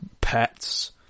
pets